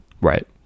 Right